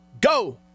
Go